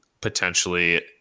potentially